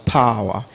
power